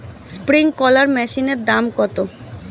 Sprinkler মেশিনের দাম কত?